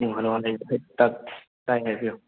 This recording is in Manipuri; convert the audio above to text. ꯑꯣ ꯍꯦꯜꯂꯣ ꯇꯥꯏ ꯍꯥꯏꯕꯤꯌꯨ